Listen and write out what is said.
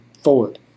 forward